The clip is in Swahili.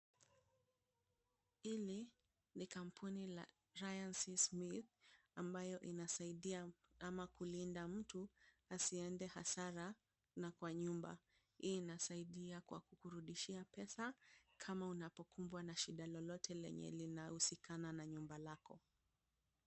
Hili ni kampuni la Ryan C Smith, ambayo inasaidia ama kulinda mtu asiende hasara na kwa nyumba. Hii inasaidia kwa kukurudishia pesa kama unapokumbwa na shida lolote lenye linahusikana na nyumba lako.